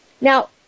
Now